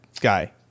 guy